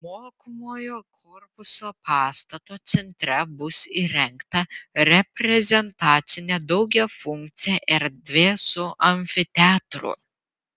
mokomojo korpuso pastato centre bus įrengta reprezentacinė daugiafunkcė erdvė su amfiteatru